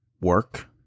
work